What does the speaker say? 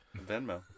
Venmo